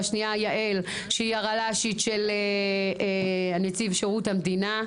והשנייה יעל שהיא הרל"שית של נציב שירות המדינה,